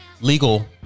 Legal